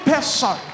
person